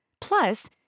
Plus